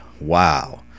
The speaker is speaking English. Wow